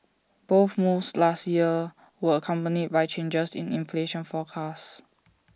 both moves last year were accompanied by changes in inflation forecast